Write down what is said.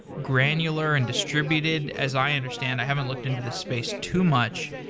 granular and distributed as i understand. i haven't looked into this space too much.